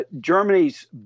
Germany's